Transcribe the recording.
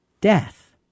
death